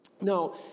Now